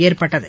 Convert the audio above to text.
ஏற்பட்டது